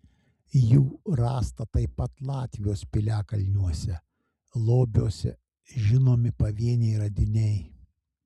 jų rasta taip pat latvijos piliakalniuose lobiuose žinomi pavieniai radiniai